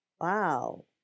Wow